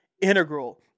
integral